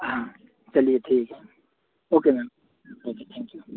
हाँ चलिए ठीक है okay ma'am okay thank you